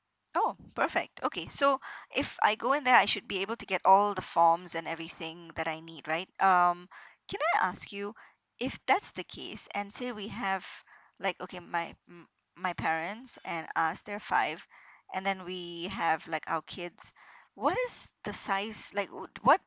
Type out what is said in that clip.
oh perfect okay so if I go there I should be able to get all the forms and everything that I need right um can I ask you if that's the case and say we have like okay my m~ my parents and us there are five and then we have like our kids what is the size is like w~ what